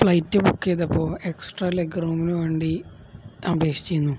flight book ചെയ്തപ്പോള് extra leg റൂമിനുവേണ്ടി അപേക്ഷിച്ചിരുന്നു